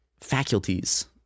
faculties